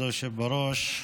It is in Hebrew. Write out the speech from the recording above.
כבוד היושב בראש,